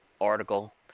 article